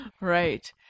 Right